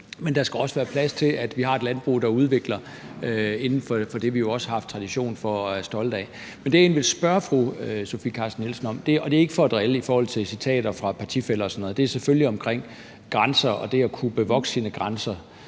men der skal også være plads til, at vi har et landbrug, der udvikler det inden for det, vi har haft tradition for og er stolte af. Men det, jeg egentlig vil spørge fru Sofie Carsten Nielsen om – og det er ikke for at drille med citater fra partifæller og sådan noget – er selvfølgelig omkring grænser og det at kunne bevogte sine grænser.